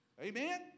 Amen